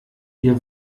wir